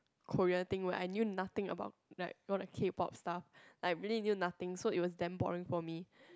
Korea thing where I knew nothing about like all the K-pop stuff like really knew nothing so it was damn boring for me